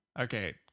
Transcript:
Okay